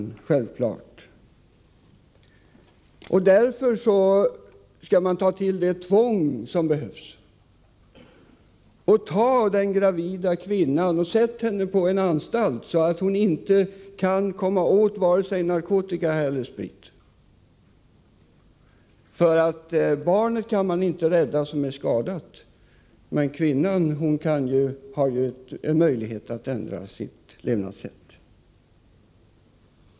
Därför, ansågs det på en del håll, skall man ta till det tvång som behövs och t.ex. sätta in den gravida kvinnan 69 på en anstalt, så att hon inte kan komma åt vare sig narkotika eller sprit. Ett skadat barn kan man inte rädda, men kvinnan har en möjlighet att ändra sitt levnadssätt.